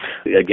again